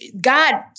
God